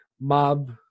mob